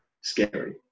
scary